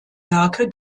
werke